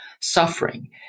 suffering